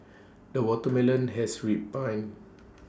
the watermelon has ripened